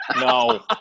No